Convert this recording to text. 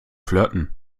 flirten